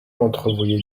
entrevoyait